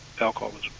alcoholism